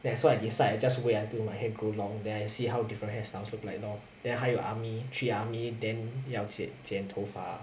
that's why I decide I just wait until my hair grow long then I see how different hairstyles look like lor then 还有 army 去 army then 要剪剪头发